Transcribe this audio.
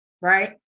right